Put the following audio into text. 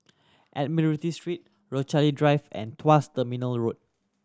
Admiralty Street Rochalie Drive and Tuas Terminal Road